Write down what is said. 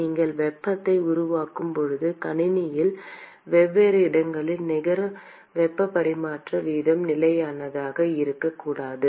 நீங்கள் வெப்பத்தை உருவாக்கும் போது கணினியில் வெவ்வேறு இடங்களில் நிகர வெப்ப பரிமாற்ற வீதம் நிலையானதாக இருக்காது